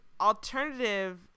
alternative